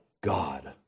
God